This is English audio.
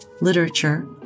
literature